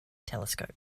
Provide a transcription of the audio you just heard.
telescope